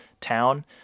town